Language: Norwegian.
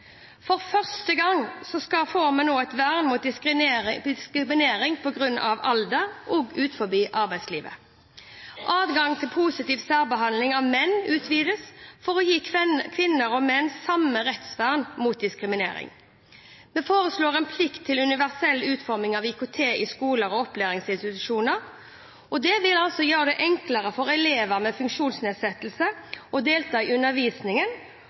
For første gang får vi et vern mot diskriminering på grunn av alder, også utenfor arbeidslivet. Adgang til positiv særbehandling av menn utvides for å gi kvinner og menn samme rettsvern mot diskriminering. Vi foreslår en plikt til universell utforming av IKT i skoler og opplæringsinstitusjoner. Det vil gjøre det enklere for elever med funksjonsnedsettelser å delta i undervisningen